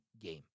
game